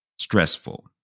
stressful